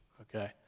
okay